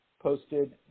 posted